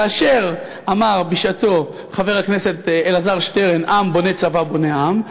כאשר אמר בשעתו חבר הכנסת אלעזר שטרן: "עם בונה צבא בונה עם",